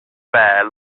bare